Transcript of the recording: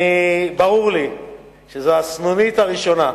ברור לי שזו הסנונית הראשונה,